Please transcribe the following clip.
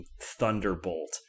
Thunderbolt